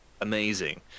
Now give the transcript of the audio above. amazing